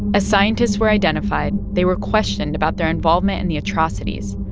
as scientists were identified, they were questioned about their involvement in the atrocities.